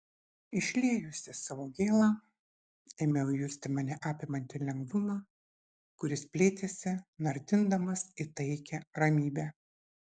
išliejusi savo gėlą ėmiau justi mane apimantį lengvumą kuris plėtėsi nardindamas į taikią ramybę